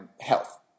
health